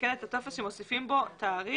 נתקן את הטופס ומוסיפים בו תאריך